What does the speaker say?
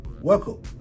welcome